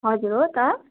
हजुर हो त